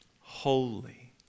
Holy